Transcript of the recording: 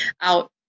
out